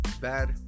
bad